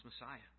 Messiah